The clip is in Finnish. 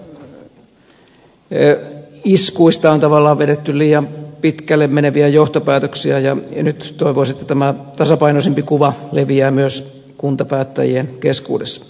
näistä ensimmäisistä iskuista on tavallaan vedetty liian pitkälle meneviä johtopäätöksiä ja nyt toivoisi että tämä tasapainoisempi kuva leviää myös kuntapäättäjien keskuudessa